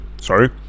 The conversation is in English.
sorry